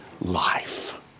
life